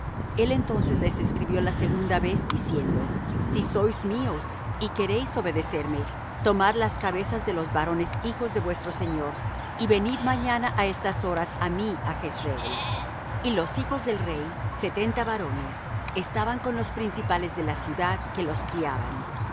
el entonces les escribió la segunda vez diciendo si sois míos y queréis obedecerme tomad las cabezas de los varones hijos de vuestro señor y venid mañana á estas horas á mí á jezreel y los hijos del rey setenta varones estaban con los principales de la ciudad que los criaban